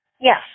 Yes